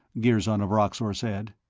girzon of roxor said.